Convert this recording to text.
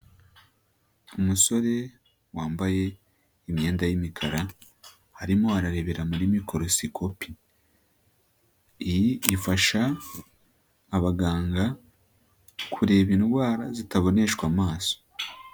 Umusore wambaye imyenda y'imikara, arimo ararebera muri mikorosikopi, iyi ifasha abaganga kureba indwara zitaboneshwa amaso.